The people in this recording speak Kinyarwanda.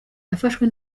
yafashwe